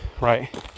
right